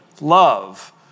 love